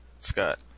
Scott